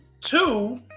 Two